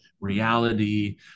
reality